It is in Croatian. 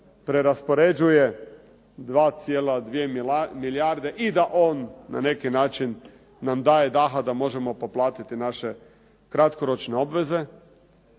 preraspoređuje 2,2 milijarde i da on na neki način nam daje daha da možemo poplaćati naše kratkoročne obveze